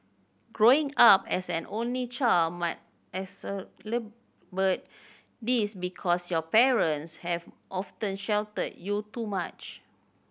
growing up as an only child might this because your parents have often sheltered you too much